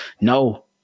No